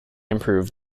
improved